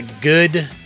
good